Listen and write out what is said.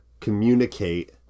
communicate